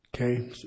okay